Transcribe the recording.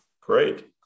great